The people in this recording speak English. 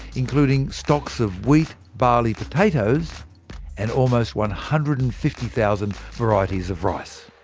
including stocks of wheat, barley, potatoes and almost one hundred and fifty thousand varieties of rice.